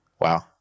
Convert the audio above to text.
Wow